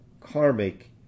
karmic